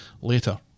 later